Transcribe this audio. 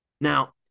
Now